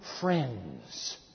friends